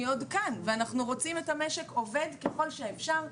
היא עוד כאן ואנחנו רוצים את המשק עובד ככל שאפשר,